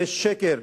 זה שקר.